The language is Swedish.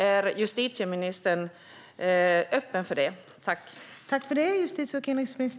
Är justitieministern öppen för det?